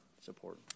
support